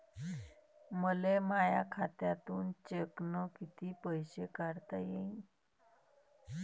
मले माया खात्यातून चेकनं कितीक पैसे काढता येईन?